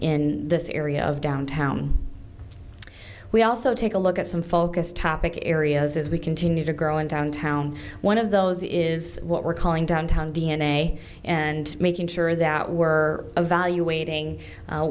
in this area of downtown we also take a look at some focused topic areas as we continue to grow and downtown one of those is what we're calling downtown d n a and making sure that we're evaluating